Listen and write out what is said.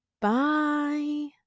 Bye